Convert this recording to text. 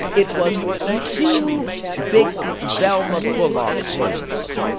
it was two big zelma bullock scenes.